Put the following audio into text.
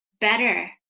better